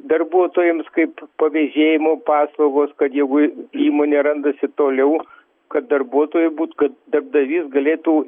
darbuotojams kaip pavėžėjimo paslaugos kad jeigu įmonė randasi toliau kad darbuotojai būt kad darbdavys galėtų